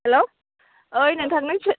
हेल' ओइ नोंथां